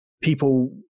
people